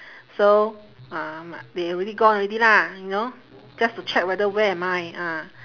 so uh m~ they already gone already lah you know just to check whether where am I ah